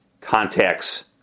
contacts